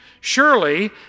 Surely